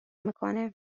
میکنه